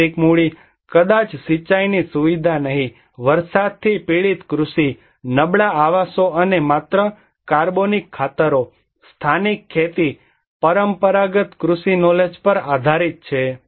શારીરિક મૂડી કદાચ સિંચાઇની સુવિધા નહીં વરસાદથી પીડિત કૃષિ નબળા આવાસો અને માત્ર કાર્બનિક ખાતરો સ્થાનિક ખેતી તકનીકી પરંપરાગત કૃષિ નોલેજ પર આધારિત છે